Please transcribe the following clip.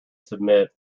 submit